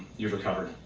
you've recovered,